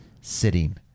sitting